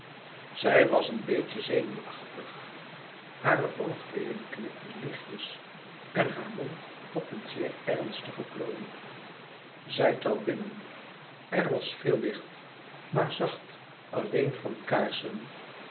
zij was een beetje zenuwachtig hare oogleden knipten lichtjes en hare mond had een zeer ernstigen plooi zij trad binnen er was veel licht maar zacht alleen van kaarlouis